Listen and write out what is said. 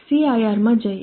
cir માં જઈએ